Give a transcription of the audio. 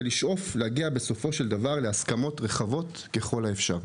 ולפעול כדי לייצר הסכמות רחבות ככל האפשר.